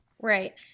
right